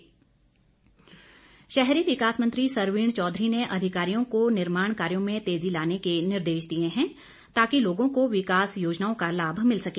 सरवीन चौधरी शहरी विकास मंत्री सरवीण चौधरी ने अधिकारियों को निर्माण कार्यों में तेजी लाने के निर्देश दिए हैं ताकि लोगों को विकास योजनाओं का लाभ मिल सके